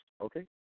okay